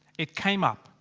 it came up,